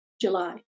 July